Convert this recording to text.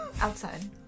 Outside